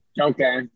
Okay